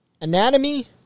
anatomy